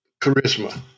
charisma